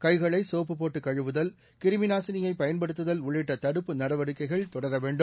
கைகளை சோப்புபோட்டு கழுவுதல் கிருமிநாசினியை பயன்படுத்துதல் உள்ளிட்ட தடுப்பு நடவடிக்கைகள் தொடர வேண்டும்